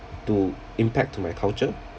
to impact to my culture